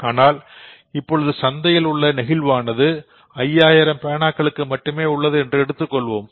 ஆனால் இப்பொழுது சந்தையில் உள்ள நெகிழ்வானது 5000 பேனாவுக்கு மட்டுமே உள்ளது என்று எடுத்துக் கொள்வோம்